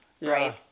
right